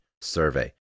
survey